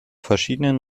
verschiedenen